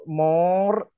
more